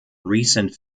recent